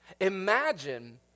Imagine